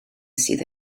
sydd